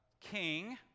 king